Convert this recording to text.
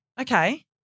Okay